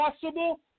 possible